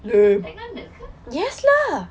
tecna nerd ke